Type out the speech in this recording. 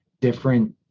different